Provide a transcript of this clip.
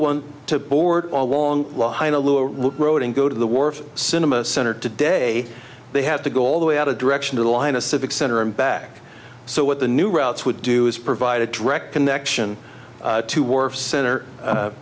want to board a long road and go to the wharf cinema center today they have to go all the way out a direction to the line a civic center and back so what the new routes would do is provide a direct connection to war center